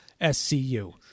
SCU